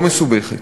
לא מסובכת,